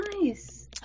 nice